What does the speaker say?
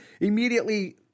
immediately